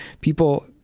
people